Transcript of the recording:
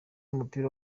w’umupira